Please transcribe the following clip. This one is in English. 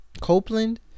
Copeland